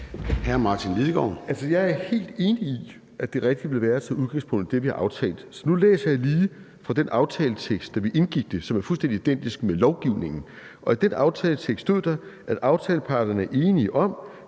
13:52 Martin Lidegaard (RV): Jeg er helt enig i, at det rigtige vil være at tage udgangspunkt i det, vi har aftalt. Nu læser jeg lige fra den aftaletekst, som vi indgik, og som er fuldstændig identisk med lovteksten. I den aftaletekst stod der, at »aftaleparterne er enige om,